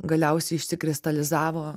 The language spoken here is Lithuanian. galiausiai išsikristalizavo